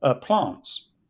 plants